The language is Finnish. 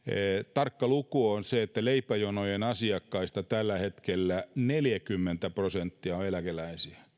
tarkka luku on se että leipäjonojen asiakkaista tällä hetkellä neljäkymmentä prosenttia on eläkeläisiä